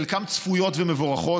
חלקן צפויות ומבורכות,